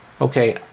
okay